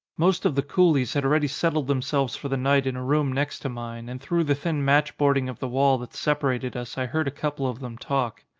most of the coolies had already settled themselves for the night in a room next to mine and through the thin matchboarding of the wall that separated us i heard a couple of them talk.